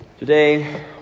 Today